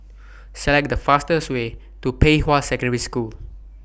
Select The fastest Way to Pei Hwa Secondary School